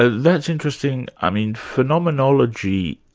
ah that's interesting. i mean phenomenology,